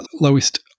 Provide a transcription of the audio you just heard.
lowest